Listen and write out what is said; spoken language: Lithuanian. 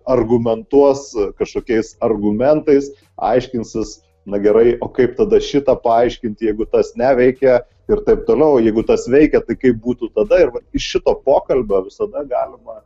argumentuos kažkokiais argumentais aiškinsis na gerai o kaip tada šitą paaiškinti jeigu tas neveikia ir taip toliau o jeigu tas veikia tai kaip būtų tada ir iš šito pokalbio visada galima